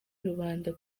rubanda